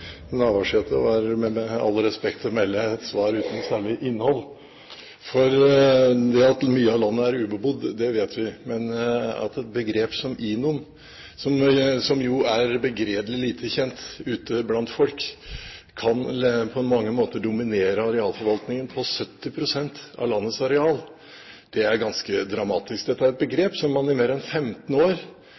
Navarsete var med respekt å melde et svar uten særlig innhold. Vi vet at mye av landet er ubebodd, men at et begrep som INON, som er begredelig lite kjent ute blant folk, på mange måter kan dominere arealforvaltningen, 70 pst. av landets areal, er ganske dramatisk. Dette er et begrep som man i mer enn 15 år